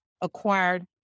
acquired